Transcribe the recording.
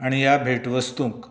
आनी ह्या भेटवस्तूंक